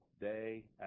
day